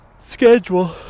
schedule